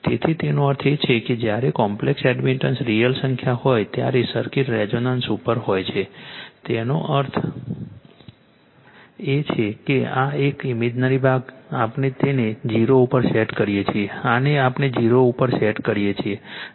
તેથી તેનો અર્થ એ છે કે જ્યારે કોમ્પ્લેક્સ એડમિટન્સ રિઅલ સંખ્યા હોય ત્યારે સર્કિટ રેઝોનન્સ ઉપર હોય છે તેનો અર્થ એ કે આ એક આ ઇમેજનરી ભાગ આપણે તેને 0 ઉપર સેટ કરીએ છીએ આને આપણે 0 ઉપર સેટ કરીએ છીએ